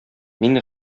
мин